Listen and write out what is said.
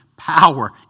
power